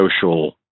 social